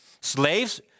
slaves